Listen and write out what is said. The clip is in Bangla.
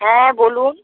হ্যাঁ বলুন